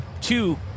two